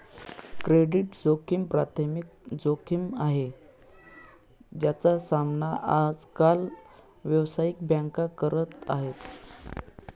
credit जोखिम प्राथमिक जोखिम आहे, ज्याचा सामना आज काल व्यावसायिक बँका करत आहेत